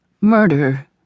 Murder